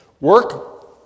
Work